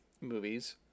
movies